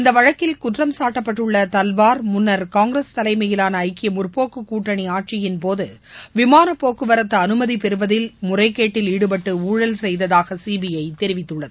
இந்த வழக்கில் குற்றம் சாட்டப்பட்டுள்ள தல்வார் முன்னா் காங்கிரஸ் தலைமையிலான ஐக்கிய முற்போக்குக் கூட்டணி ஆட்சியின் போது விமானப் போக்குவரத்து அனுமதி பெறுவதில் முறைகேட்டில் ஈடுபட்டு ஊழல் செய்ததாக சிபிஐ தெரிவித்துள்ளது